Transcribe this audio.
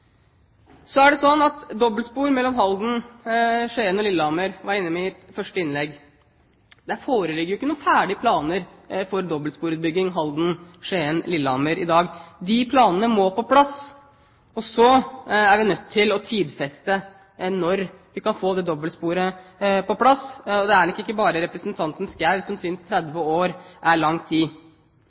det gjelder dobbeltspor mellom Halden, Skien og Lillehammer, som jeg var inne på i mitt første innlegg, foreligger det ikke noen ferdige planer for det i dag. De planene må på plass. Vi er nødt til å tidfeste når vi kan få det dobbeltsporet på plass. Det er nok ikke bare representanten Schou som synes at 30 år er lang tid.